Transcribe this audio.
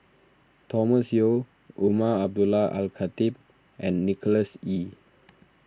Thomas Yeo Umar Abdullah Al Khatib and Nicholas Ee